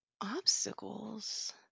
obstacles